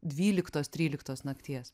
dvyliktos tryliktos nakties